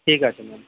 ঠিক আছে ম্যাম